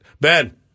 Ben